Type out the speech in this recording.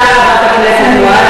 רק התוצאה, תודה, חברת הכנסת מועלם.